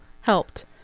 helped